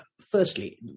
firstly